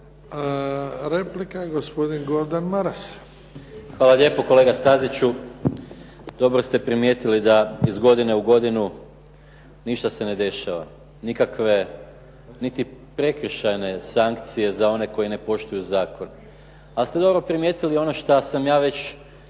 Hvala lijepo kolega Staziću, dobro ste primijetili da iz godine u godinu ništa se ne dešava, nikakve, niti prekršajne sankcije za one koji ne poštuju zakon. Ali ste dobro primijetili ono što sam ja već